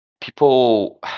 people